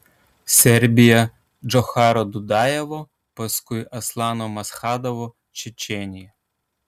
serbija džocharo dudajevo paskui aslano maschadovo čečėnija